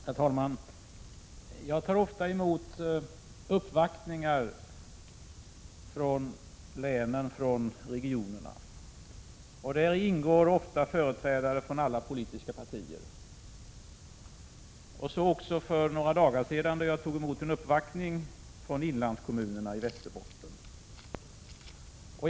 Herr talman! Jag tar ofta emot uppvaktningar från länen och från regionerna. Där ingår ofta företrädare för alla politiska partier. Så var det också för några dagar sedan då jag tog emot en uppvaktning från inlandskommunerna i Västerbotten.